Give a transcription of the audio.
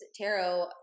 tarot